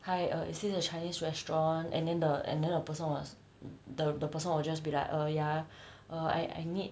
hi uh is this the chinese restaurant and then the and then the person was the the person will just be like err ya err I I need